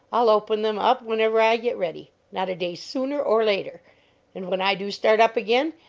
i'll open them up whenever i get ready, not a day sooner or later and when i do start up again,